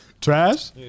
Trash